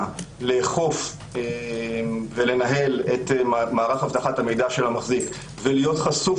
לאכוף ולנהל את מערך אבטחת המידע של המחזיק ולהיות חשוף